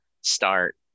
start